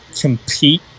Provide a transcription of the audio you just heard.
compete